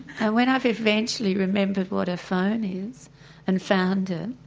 and when i've eventually remembered what a phone is and found it,